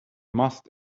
must